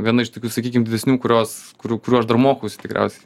viena iš tokių sakykim didesnių kurios kurių kurių aš dar mokausi tikriaus